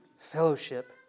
fellowship